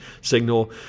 signal